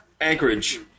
Anchorage